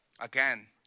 Again